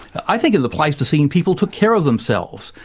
i think the pleistocene people took care of themselves.